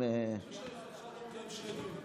שני דיונים.